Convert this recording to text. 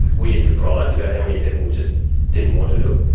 were you surprised about how many people just didn't want to do it?